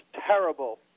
terrible